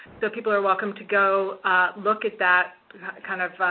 so people are welcome to go look at that kind of